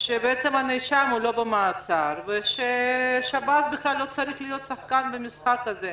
שבעצם הנאשם לא נמצא במעצר וששב"ס בכלל לא צריך להיות שחקן במשחק הזה.